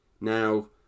now